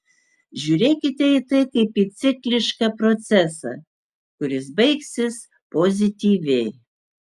žiūrėkite į tai kaip į ciklišką procesą kuris baigsis pozityviai